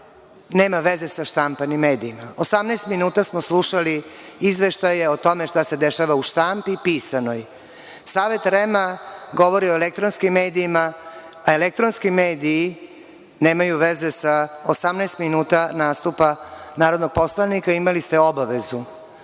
nema veze sa štampanim medijima. Osamnaest minuta smo slušali izveštaje o tome šta se dešava u štampi pisanoj. Savet REM-a govori o elektronskim medijima. Elektronski mediji nemaju veze sa 18 minuta nastupa narodnog poslanika. Imali ste obavezu